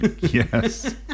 Yes